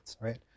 right